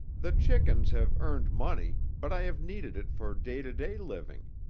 the chickens have earned money, but i have needed it for day-to-day living,